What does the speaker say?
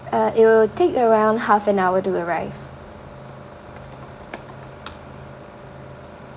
uh it'll take around half an hour to arrive